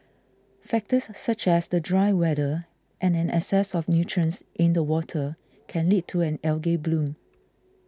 factors such as the dry weather and an excess of nutrients in the water can lead to an algae bloom